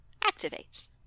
activates